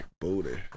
booty